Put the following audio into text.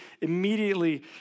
immediately